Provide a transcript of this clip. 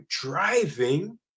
driving